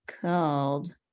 called